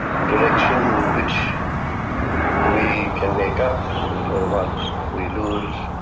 and direction in which we can make up for what we lose